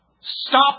stop